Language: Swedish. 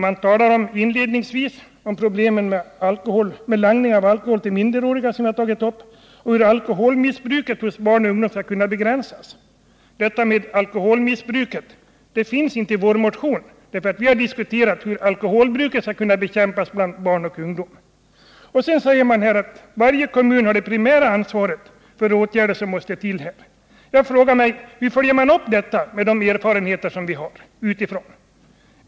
Man talar inledningsvis om problemet med langning och alkohol till minderåriga, som jag har tagit upp, och om hur alkoholmissbruket hos barn och ungdom skall kunna begränsas. Vi har inte i vår motion tagit upp alkoholmissbruket, utan vi har diskuterat hur alkoholbruket bland barn och ungdom skall kunna bekämpas. Vidare säger utskottet att varje kommun har det primära ansvaret för nödvändiga åtgärder. — Hur följer man upp detta, utifrån de erfarenheter som finns?